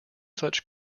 such